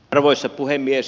arvoisa puhemies